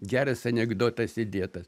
geras anekdotas įdėtas